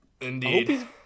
Indeed